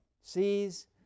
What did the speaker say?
sees